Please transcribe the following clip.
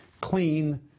clean